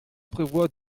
prévoit